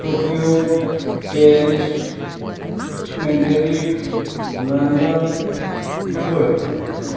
Tokyo Paris Madrid London Dubai